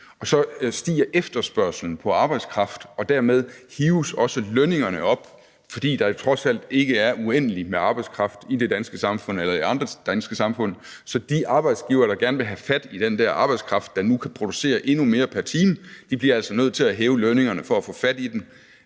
og så stiger efterspørgslen på arbejdskraft, og dermed hives også lønningerne op, fordi der trods alt ikke er uendeligt med arbejdskraft i det danske samfund eller i andre samfund, så de arbejdsgivere, der gerne vil have fat i den der arbejdskraft, der nu kan producere endnu mere pr. time, bliver altså nødt til at hæve lønningerne for at få fat i den,